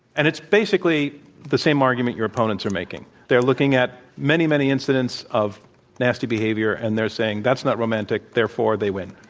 and it's basically the same argument your opponents are making. they're looking at many, many incidents of nasty behavior, and they're saying that's not romantic, therefore they win.